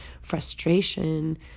frustration